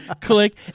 Click